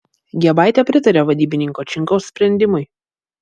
giebaitė pritarė vadybininko činkaus sprendimui